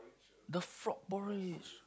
the frog porridge